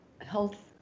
health